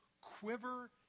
quiver